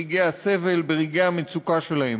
ברגעי הסבל, ברגעי המצוקה שלהם.